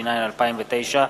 התש”ע 2009,